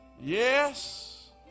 Yes